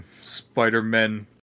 Spider-Men